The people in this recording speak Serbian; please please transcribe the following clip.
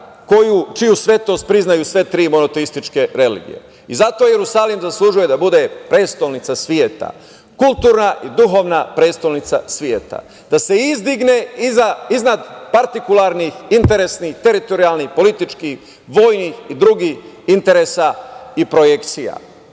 čiju svetost priznaju sve tri monoteističke religije. Zato Jerusalim zaslužuje da bude prestonica sveta, kulturna i duhovna prestonica sveta, da se izdigne iznad partikularnih, interesnih, teritorijalnih, političkih, vojnih i drugih interesa i projekcija. Možda